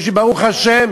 יש לי ברוך השם